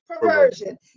perversion